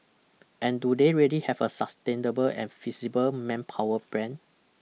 and do they really have a sustainable and feasible manpower plan